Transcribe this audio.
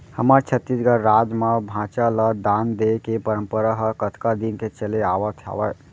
हमर छत्तीसगढ़ राज म भांचा ल दान देय के परपंरा ह कतका दिन के चले आवत हावय